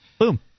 Boom